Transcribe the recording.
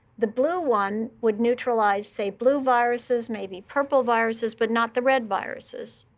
the blue one would neutralize, say, blue viruses, maybe purple viruses, but not the red viruses.